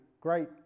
great